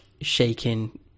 shaking